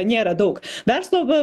nėra daug verslo v